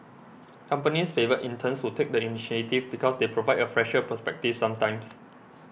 companies favour interns who take the initiative and because they provide a fresher perspective sometimes